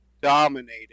dominated